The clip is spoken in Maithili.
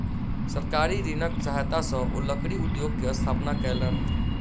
सरकारी ऋणक सहायता सॅ ओ लकड़ी उद्योग के स्थापना कयलैन